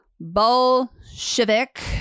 Bolshevik